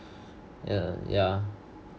yeah yeah